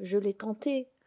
je l'ai tenté